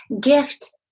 gift